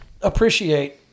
appreciate